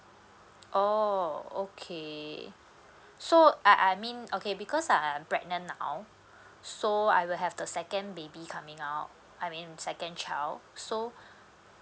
oh okay so I I mean okay because I'm pregnant now so I will have the second baby coming out I mean second child so